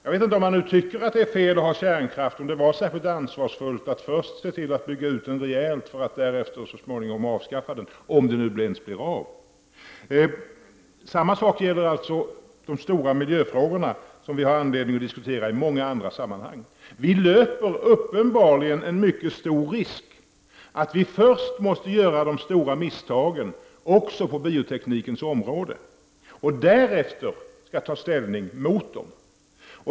Om man nu tycker att det är fel att ha kärnkraft, vet jag inte om det var särskilt ansvarsfullt att först se till att bygga ut den rejält för att därefter så småningom avskaffa den — om det nu ens blir av. Samma sak gäller de stora miljöfrågor som vi har anledning att diskutera i många andra sammanhang. Vi löper uppenbarligen en mycket stor risk att först vara tvungna att göra de stora misstagen också på bioteknikens område och därefter ta ställning emot dem.